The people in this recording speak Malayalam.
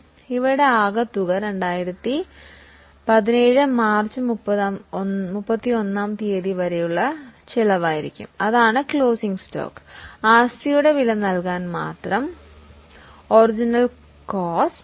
ഇപ്പോൾ ഇവയുടെ ആകെത്തുക 2017 മാർച്ച് മുപ്പത് ഒന്നാം തീയതി വരെയുള്ള ചെലവായിരിക്കും അതാണ് ക്ലോസിങ് കോസ്റ്റ്